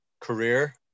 career